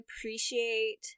appreciate